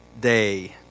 day